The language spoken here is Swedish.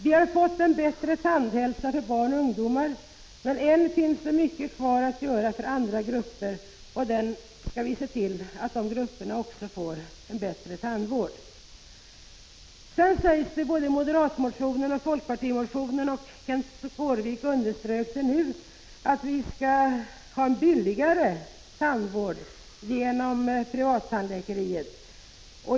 Vi har fått en bättre tandhälsa bland barn och ungdomar, men än finns det mycket kvar att göra för andra grupper. Vi skall se till att också de får en bättre tandvård. I såväl den moderata motionen som i folkpartimotionen sägs — och det underströks nu av Kenth Skårvik — att vi får en billigare tandvård genom privattandläkeriet.